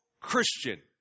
Christian